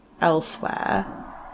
elsewhere